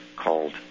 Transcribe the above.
called